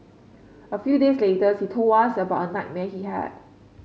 a few days later he told us about a nightmare he had